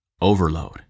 overload